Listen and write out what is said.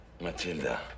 Matilda